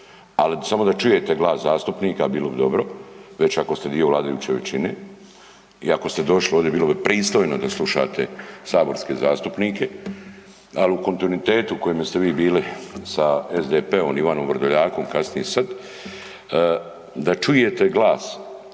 ali samo da čujete glas zastupnika, bilo bi dobro već ako ste dio vladajuće većine i ako ste došli ovdje bilo bi pristojno da slušate saborske zastupnike, ali u kontinuitetu u kojemu ste vi bili sa SDP-om Ivanom Vrdoljakom, kasnije i sad, da čujete glas